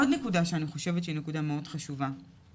עוד נקודה שאני חושבת שהיא נקודה מאוד חשובה היא